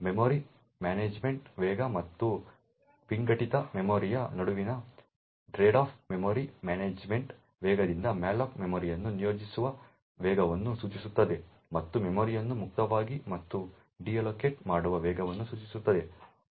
memory ಮ್ಯಾನೇಜ್ಮೆಂಟ್ನ ವೇಗ ಮತ್ತು ವಿಘಟಿತ ಮೆಮೊರಿಯ ನಡುವಿನ ಟ್ರೇಡ್ ಆಫ್ ಮೆಮೊರಿ ಮ್ಯಾನೇಜ್ಮೆಂಟ್ನ ವೇಗದಿಂದ ಮ್ಯಾಲೋಕ್ ಮೆಮೊರಿಯನ್ನು ನಿಯೋಜಿಸುವ ವೇಗವನ್ನು ಸೂಚಿಸುತ್ತದೆ ಮತ್ತು ಮೆಮೊರಿಯನ್ನು ಮುಕ್ತವಾಗಿ ಮತ್ತು ಡಿಲೊಕೇಟ್ ಮಾಡುವ ವೇಗವನ್ನು ಸೂಚಿಸುತ್ತದೆ